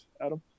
Adam